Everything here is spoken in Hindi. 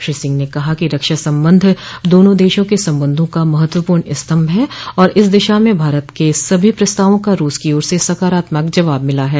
श्री सिंह ने कहा कि रक्षा संबंध दोनों देशों के संबंधों का महत्वपूर्ण स्तंभ हैं और इस दिशा में भारत के सभी प्रस्तावों का रूस की ओर से सकारात्मक जवाब मिला है